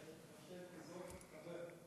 חבר.